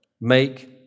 make